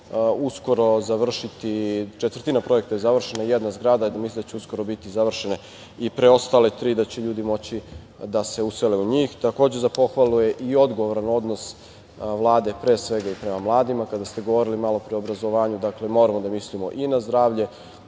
uskoro završiti. Četvrtina projekta je završena, jedna zgrada, mislim da će uskoro biti završene i preostale tri i da će ljudi moći da se usele u njih. Takođe, za pohvalu je i odgovoran odnos Vlade pre svega prema mladima. Kada ste govorili malopre o obrazovanju, moramo da mislimo i na zdravlje